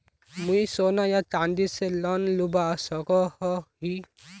मुई सोना या चाँदी से लोन लुबा सकोहो ही?